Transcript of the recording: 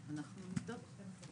אנחנו נבדוק.